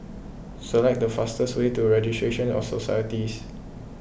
select the fastest way to Registry of Societies